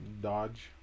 Dodge